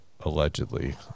allegedly